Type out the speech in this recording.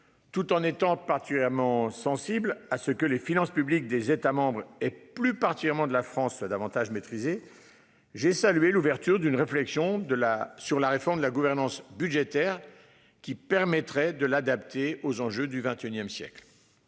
Tout en étant particulièrement sensible à ce que les finances publiques des États et plus particulièrement de la France davantage maîtrisé. J'ai salué l'ouverture d'une réflexion de la sur la réforme de la gouvernance budgétaire qui permettraient de l'adapter aux enjeux du XXIe siècle.